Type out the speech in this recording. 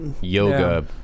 yoga